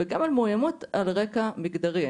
וגם על מאוימות על רקע מגדרי,